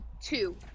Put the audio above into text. two